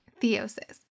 theosis